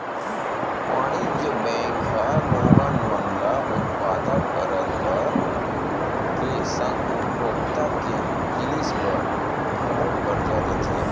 वाणिज्य बेंक ह लोगन मन ल उत्पादक करज बर के संग उपभोक्ता के जिनिस बर घलोक करजा देथे